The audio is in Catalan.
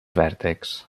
vèrtexs